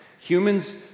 Humans